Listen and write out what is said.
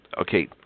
okay